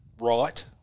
right